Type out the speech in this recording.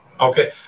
Okay